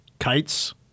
Kites